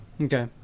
Okay